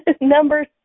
Number